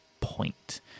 point